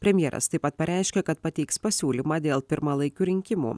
premjeras taip pat pareiškė kad pateiks pasiūlymą dėl pirmalaikių rinkimų